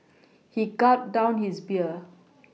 he gulped down his beer